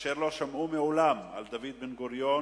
אשר לא שמעו מעולם על דוד בן-גוריון,